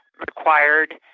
required